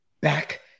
back